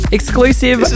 exclusive